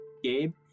Gabe